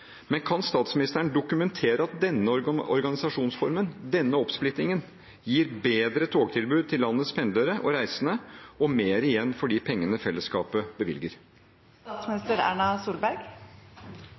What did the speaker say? men kan statsministeren dokumentere at denne organisasjonsformen, denne oppsplittingen, gir bedre togtilbud til landets pendlere og reisende, og mer igjen for de pengene fellesskapet